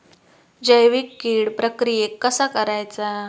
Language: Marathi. जैविक कीड प्रक्रियेक कसा करायचा?